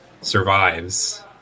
survives